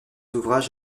ouvrages